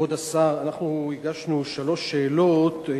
כבוד השר, הגשנו שלוש שאלות.